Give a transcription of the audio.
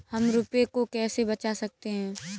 हम रुपये को कैसे बचा सकते हैं?